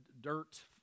dirt